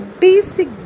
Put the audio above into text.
basic